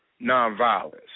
nonviolence